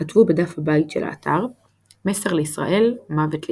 כתבו בדף הבית של האתר 'מסר לישראל - מוות לישראל'.